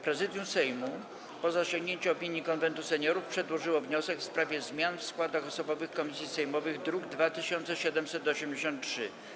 Prezydium Sejmu, po zasięgnięciu opinii Konwentu Seniorów, przedłożyło wniosek w sprawie zmian w składach osobowych komisji sejmowych, druk nr 2783.